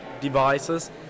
devices